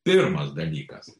pirmas dalykas